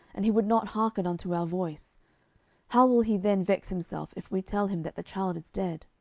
and he would not hearken unto our voice how will he then vex himself, if we tell him that the child is dead?